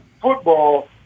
football